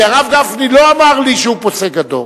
כי הרב גפני לא אמר לי שהוא פוסק הדור.